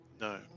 No